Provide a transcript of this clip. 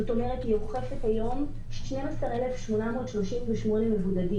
זאת אומרת, היא אוכפת היום 12,838 מבודדים.